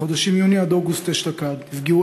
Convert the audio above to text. בחודשים יוני עד אוגוסט אשתקד נפגעו